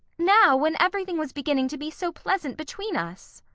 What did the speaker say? now, when everything was beginning to be so pleasant between us.